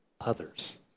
others